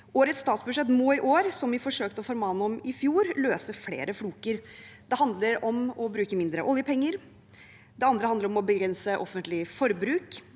Årets statsbudsjett må i år – som vi forsøkte å formane om i fjor – løse flere floker. Det ene handler om å bruke mindre oljepenger. Det andre handler om å begrense offentlig forbruk.